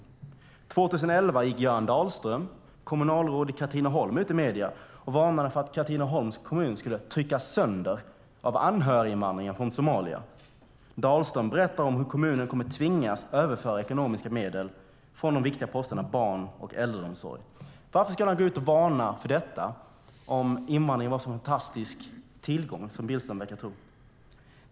År 2011 gick även Göran Dahlström, kommunalråd i Katrineholm, ut i medierna och varnade för att Katrineholms kommun skulle tryckas sönder av anhöriginvandringen från Somalia. Dahlström berättar om hur kommunen kommer att tvingas överföra ekonomiska medel från de viktiga posterna barn och äldreomsorg. Varför skulle han gå ut och varna för detta om invandringen var en sådan fantastisk tillgång som Billström verkar tro?